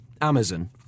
Amazon